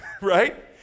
right